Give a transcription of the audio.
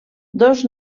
dos